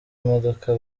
imodoka